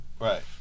right